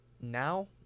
Now